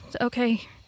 okay